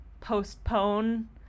postpone